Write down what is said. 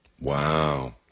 Wow